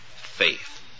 faith